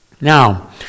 Now